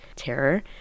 terror